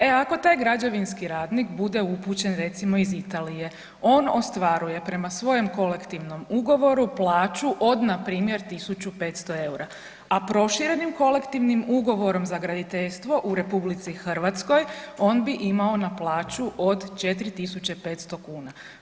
E, ako taj građevinski radnik bude upućen, recimo iz Italije, on ostvaruje prema svojem Kolektivnom ugovoru plaću od npr. 1500 eura, a proširenim Kolektivnim ugovorom za graditeljstvo u RH on bi imao na plaću od 4500 kn.